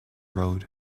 road